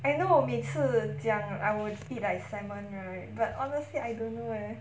I know 我每次讲 I will eat like salmon right but honestly I don't know leh